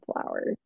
flowers